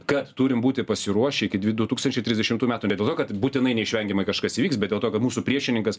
kad turim būti pasiruošę iki dvi du tūkstančiai trisdešimtų metų ne dėl to kad būtinai neišvengiamai kažkas įvyks bet dėl to ka mūsų priešininkas